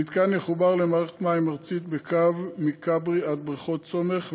המתקן יחובר למערכת מים ארצית בקו מכברי עד בריכות סומך,